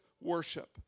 Worship